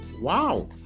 Wow